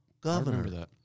Governor